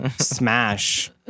smash